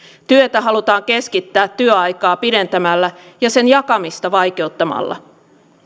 työtä halutaan keskittää työaikaa pidentämällä ja sen jakamista vaikeuttamalla